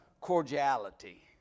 cordiality